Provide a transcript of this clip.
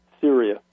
Syria